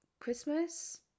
Christmas